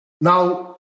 Now